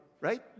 right